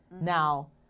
Now